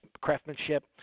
craftsmanship